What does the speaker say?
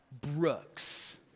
brooks